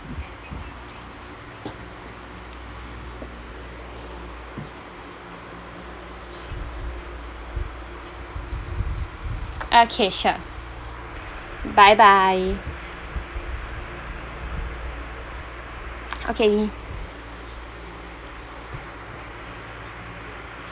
okay sure bye bye okay